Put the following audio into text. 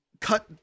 cut